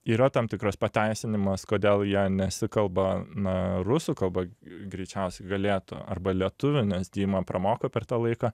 yra tam tikras pateisinimas kodėl jie nesikalba na rusų kalba greičiausiai galėtų arba lietuvių nes dima pramoko per tą laiką